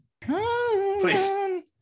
Please